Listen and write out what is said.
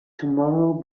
tomorrow